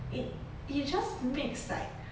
it you just makes like